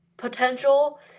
potential